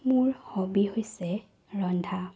মোৰ হবি হৈছে ৰন্ধা